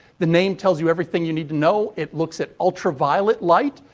the name tells you everything you need to know. it looks at ultraviolet light,